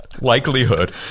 likelihood